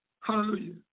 Hallelujah